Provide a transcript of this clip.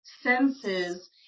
senses